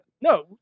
No